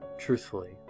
Truthfully